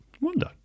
wonder